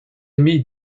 mis